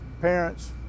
parents